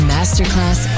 Masterclass